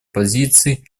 позиций